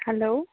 hello